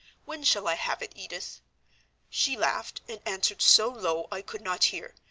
when shall i have it, edith she laughed, and answered so low i could not hear,